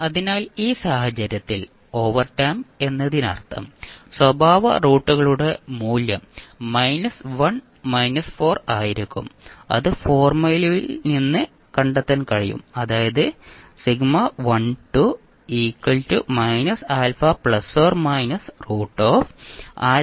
അതിനാൽ ഈ സാഹചര്യത്തിൽ ഓവർഡാമ്പ് എന്നതിനർത്ഥം സ്വഭാവ റൂട്ടുകളുടെ മൂല്യം 1 4 ആയിരിക്കും അത് ഫോർമുലയിൽ നിന്ന് കണ്ടെത്താൻ കഴിയും അതായത്